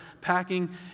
Packing